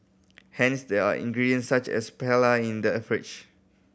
hence there are ingredients such as paella in the a fridge